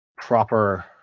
proper